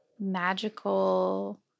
magical